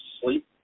sleep